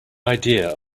idea